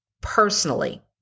personally